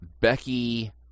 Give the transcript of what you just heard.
Becky